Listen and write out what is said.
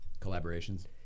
Collaborations